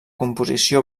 composició